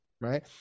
Right